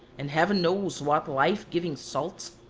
and heaven knows what life-giving salts,